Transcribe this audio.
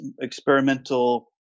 experimental